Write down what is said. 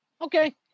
Okay